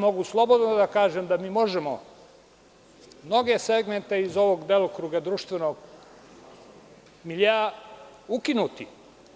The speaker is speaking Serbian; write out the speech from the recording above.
Mogu slobodno da kažem da mi možemo mnoge segmente iz ovog delokruga društvenog miljea ukinuti,